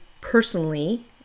personally